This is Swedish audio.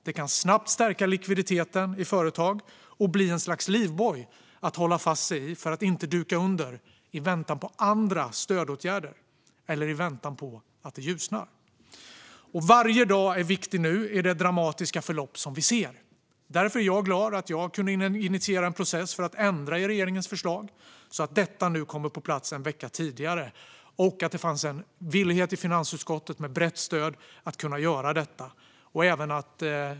Det kan snabbt stärka likviditeten i företag och bli ett slags livboj att hålla fast i för att inte duka under i väntan på andra stödåtgärder eller i väntan på att det ljusnar. Varje dag är viktig nu i det dramatiska förlopp som vi ser. Därför är jag glad att jag kunde initiera en process för att ändra i regeringens förslag så att detta nu kommer på plats en vecka tidigare. Jag är också glad att det fanns en villighet och ett brett stöd i finansutskottet för att göra detta.